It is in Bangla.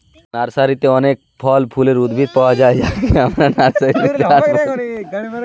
নার্সারিতে অনেক ফল ফুলের উদ্ভিদ পায়া যায় যাকে আমরা নার্সারি প্লান্ট বলি